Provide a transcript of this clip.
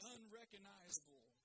Unrecognizable